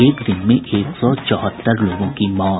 एक दिन में एक सौ चौहत्तर लोगों की मौत